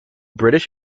british